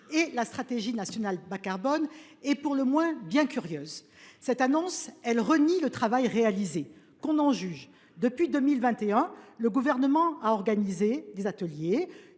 et la stratégie nationale bas carbone est bien curieuse. Cette annonce renie le travail réalisé. Que l’on en juge : depuis 2021, le Gouvernement a organisé des ateliers,